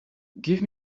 give